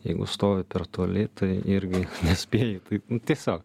jeigu stovi per toli tai irgi nespėji tai tiesiog